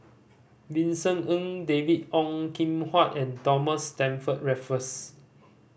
Vincent Ng David Ong Kim Huat and Thomas Stamford Raffles